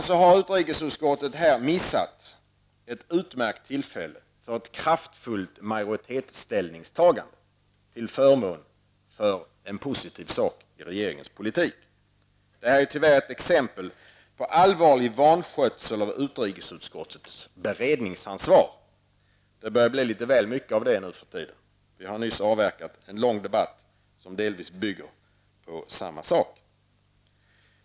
Tyvärr har utrikesutskottet missat ett utmärkt tillfälle för ett kraftfullt majoritetsställningstagande till förmån för en positiv sak i regeringens politik. Det är tyvärr ett exempel på allvarlig vanskötsel av utrikesutskottets beredningsansvar. Det börjar bli litet väl mycket av det nu för tiden. Vi har nyss avverkat en lång debatt som delvis bygger på samma sak.